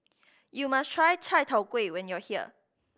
you must try Chai Tow Kuay when you are here